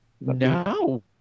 No